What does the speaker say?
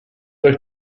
euch